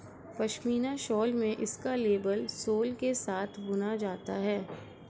pashmina shawl में इसका label sole के साथ बुना जाता है